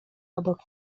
obok